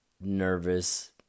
nervous